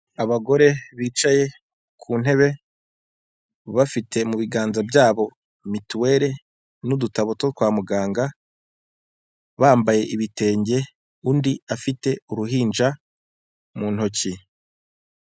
Abagore bicaye ku ntebe bafite mu biganza byabo mitiweli n'udutabo two kwa muganga bambaye ibitenge undi afite uruhinja mu ntoki.